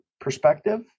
perspective